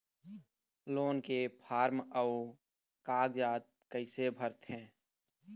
Loan के form अऊ कागजात कइसे भरथें?